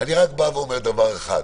אני רק בא ואומר דבר אחד,